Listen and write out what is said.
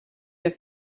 der